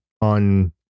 on